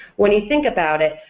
when you think about it,